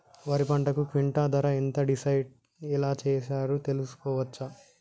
వరి పంటకు క్వింటా ధర ఎంత డిసైడ్ ఎలా చేశారు తెలుసుకోవచ్చా?